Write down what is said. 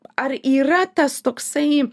ar yra tas toksai